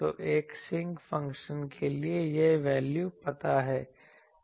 तो एक sinc function के लिए यह वैल्यू पता है